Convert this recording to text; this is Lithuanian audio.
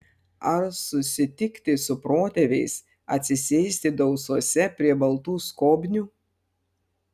ar susitikti su protėviais atsisėsti dausose prie baltų skobnių